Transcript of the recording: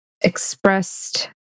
expressed